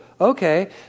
okay